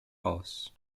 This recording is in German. aus